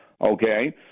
Okay